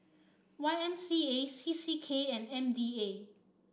Y M C A C C K and M D A